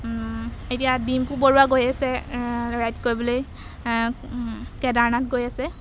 এতিয়া ডিম্পু বৰুৱা গৈ আছে ৰাইড কৰিবলৈ কেদাৰনাথ গৈ আছে